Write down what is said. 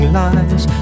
lies